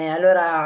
Allora